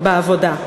בעבודה.